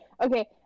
Okay